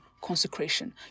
consecration